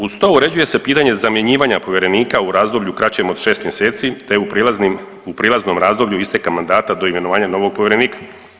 Uz to uređuje se pitanje zamjenjivanja povjerenika u razdoblju kraćem od 6 mjeseci, te u prijelaznom razdoblju isteka mandata do imenovanja novog povjerenika.